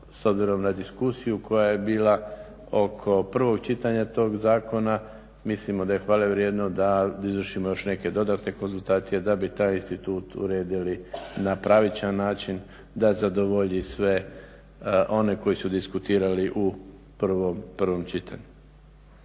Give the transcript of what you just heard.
s obzirom na diskusiju koja je bila oko prvog čitanja tog zakona. Mislimo da je hvale vrijedno da izvršimo još neke dodatne konzultacije da bi taj institut uredili na pravičan način da zadovolji sve one koji su diskutirali u prvom čitanju.